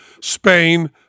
Spain